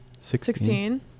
sixteen